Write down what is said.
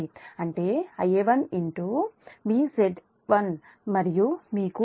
045 అంటే Ia1 మీ Z1 మరియు మీకు Ia1 j16